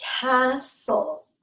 castle